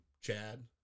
Chad